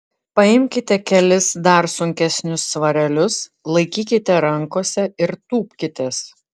paimkite kelis dar sunkesnius svarelius laikykite rankose ir tūpkitės